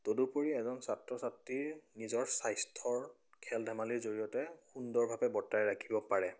তদুপৰি এজন ছাত্ৰ ছাত্ৰীৰ নিজৰ স্বাস্থ্যৰ খেল ধেমালিৰ জৰিয়তে সুন্দৰভাৱে বতাই ৰাখিব পাৰে